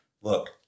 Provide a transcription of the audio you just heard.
look